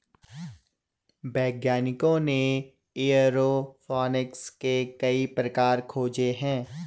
वैज्ञानिकों ने एयरोफोनिक्स के कई प्रकार खोजे हैं